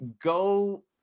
go